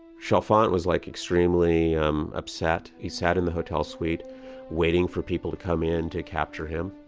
chalfant was like extremely um upset. he sat in the hotel suite waiting for people to come in to capture him.